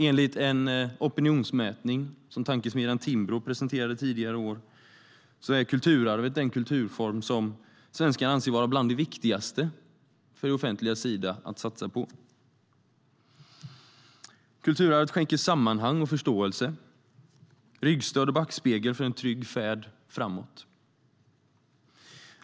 Enligt en opinionsmätning som tankesmedjan Timbro presenterade tidigare i år är kulturarvet den kulturform som svenskarna anser vara bland de viktigaste från det offentligas sida att satsa på. Kulturarvet skänker sammanhang och förståelse och är ett ryggstöd och en backspegel för en trygg färd framåt.